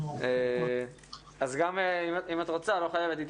לא חייבת,